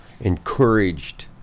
encouraged